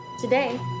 Today